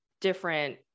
different